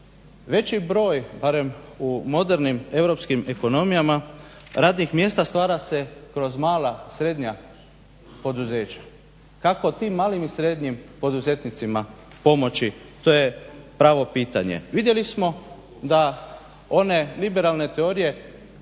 Veći broj barem u modernim europskim ekonomijama radnih mjesta stvara se kroz mala, srednja poduzeća. Kako tim malim i srednjim poduzetnicima pomoći to je pravo pitanje. Vidjeli smo da one liberalne teorije